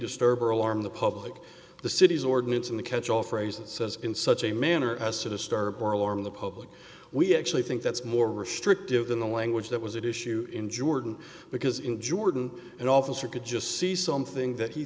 disturb or alarm the public the city's ordinance and a catch all phrase that says in such a manner as to disturb or alarm the public we actually think that's more restrictive than the language that was it issue in jordan because in jordan an officer could just see something that he